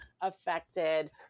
affected